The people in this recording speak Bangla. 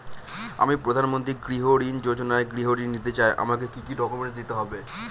আমি প্রধানমন্ত্রী গৃহ ঋণ যোজনায় গৃহ ঋণ নিতে চাই আমাকে কি কি ডকুমেন্টস দিতে হবে?